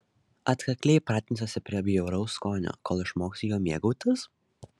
atkakliai pratinsiuosi prie bjauraus skonio kol išmoksiu juo mėgautis